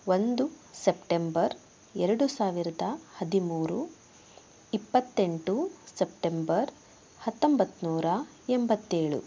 ಒಂದು ಸೆಪ್ಟೆಂಬರ್ ಎರಡು ಸಾವಿರದ ಹದಿಮೂರು ಇಪ್ಪತ್ತೆಂಟು ಸೆಪ್ಟೆಂಬರ್ ಹತ್ತೊಂಬತ್ನೂರ ಎಂಬತ್ತೇಳು